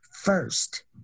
first